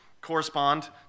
correspond